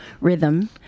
rhythm